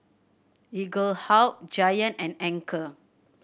Eaglehawk Giant and Anchor